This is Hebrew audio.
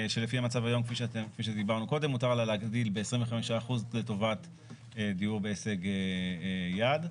שלפי המצב היום מותר לה להגדיל ב 25% לטובת דיור בהישג יד.